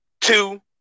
two